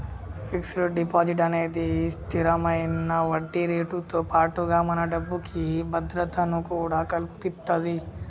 fixed deposit అనేది స్తిరమైన వడ్డీరేటుతో పాటుగా మన డబ్బుకి భద్రతను కూడా కల్పిత్తది